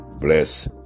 bless